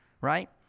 right